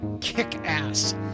kick-ass